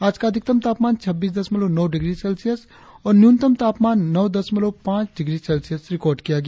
आज का अधिकतम तापमान छब्बीस दशमलव नौ डिग्री सेल्सियस और न्यूनतम तापमान नौ दशमलव पाच डिग्री सेल्सियस रिकार्ड किया गया